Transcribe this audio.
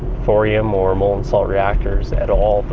thorium or molten salt reactors at all.